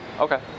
okay